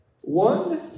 One